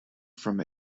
from